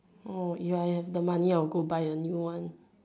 oh ya if I have the money I will go buy a new one